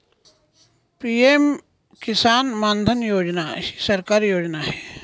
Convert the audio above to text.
PM किसान मानधन योजना ही सरकारी योजना आहे